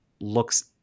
looks